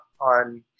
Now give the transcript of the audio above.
on